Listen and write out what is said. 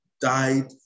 died